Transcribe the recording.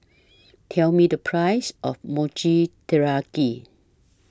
Tell Me The Price of Mochi Taiyaki